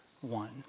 one